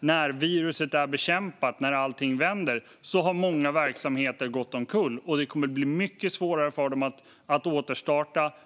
När viruset är bekämpat, när allting vänder, kommer vi i så fall att stå i en situation där många verksamheter har gått omkull. Att återstarta verksamheterna kommer att bli mycket svårare.